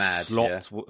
slot